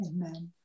amen